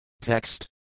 text